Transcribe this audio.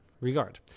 regard